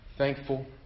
Thankful